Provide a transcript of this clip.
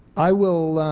i will